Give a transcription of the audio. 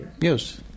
yes